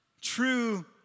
True